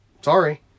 Sorry